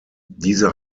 diese